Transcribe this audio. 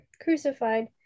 crucified